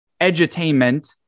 edutainment